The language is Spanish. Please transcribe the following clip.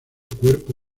cuerpo